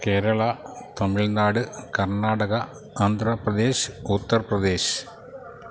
Kerala Tamil Nadu Karnataka Andhra Pradesh Uttar Pradesh